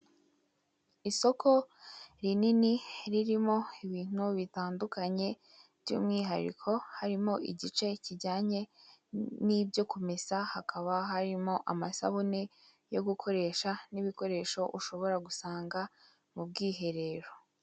Isoko rinini ririmo ibintu bitandukanye by'umwihariko harimo igice kijyanye n'ibyo kumesa hakaba harimo amasabune yo gukoresha n'ibikoresho ushobora gusanga mu bwiherero.